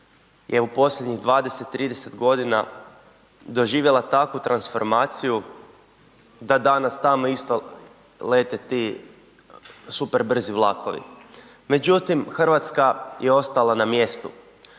je u posljednjih 20, 30 godina doživjela takvu transformaciju da dana tamo isto lete ti superbrzi vlakovi. Međutim, Hrvatska je ostala na mjestu,